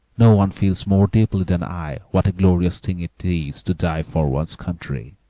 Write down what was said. no one feels more deeply than i what a glorious thing it is to die for one's country,